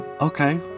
Okay